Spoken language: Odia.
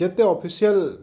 ଯେତେ ଅଫିସିଆଲ୍